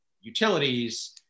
utilities